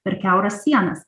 per kiauras sienas